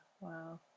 wow